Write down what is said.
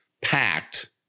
packed